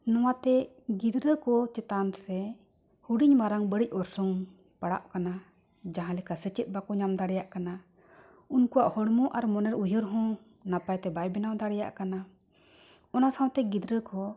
ᱱᱚᱣᱟ ᱛᱮ ᱜᱤᱫᱽᱨᱟᱹ ᱠᱚ ᱪᱮᱛᱟᱱ ᱥᱮ ᱦᱩᱰᱤᱧ ᱢᱟᱨᱟᱝ ᱵᱟᱹᱲᱤᱡ ᱚᱨᱥᱚᱝ ᱯᱟᱲᱟᱜ ᱠᱟᱱᱟ ᱡᱟᱦᱟᱸ ᱞᱮᱠᱟ ᱥᱮᱪᱮᱫ ᱵᱟᱠᱚ ᱧᱟᱢ ᱫᱟᱲᱮᱭᱟᱜ ᱠᱟᱱᱟ ᱩᱱᱠᱩᱣᱟᱜ ᱦᱚᱲᱢᱚ ᱟᱨ ᱢᱚᱱᱮᱨᱮ ᱩᱭᱦᱟᱹᱨ ᱦᱚᱸ ᱱᱟᱯᱟᱭ ᱛᱮ ᱵᱟᱭ ᱵᱮᱱᱟᱣ ᱫᱟᱲᱮᱭᱟᱜ ᱠᱟᱱᱟ ᱚᱱᱟ ᱥᱟᱶᱛᱮ ᱜᱤᱫᱽᱨᱟᱹ ᱠᱚ